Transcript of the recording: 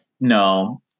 No